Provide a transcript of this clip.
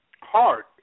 hard